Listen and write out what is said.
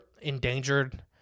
endangered